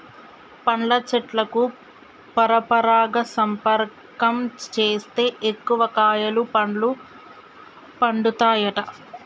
పండ్ల చెట్లకు పరపరాగ సంపర్కం చేస్తే ఎక్కువ కాయలు పండ్లు పండుతాయట